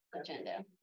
agenda